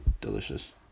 delicious